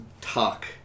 talk